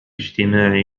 اجتماع